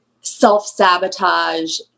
self-sabotage